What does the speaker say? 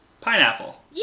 Pineapple